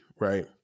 right